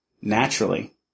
Naturally